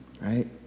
right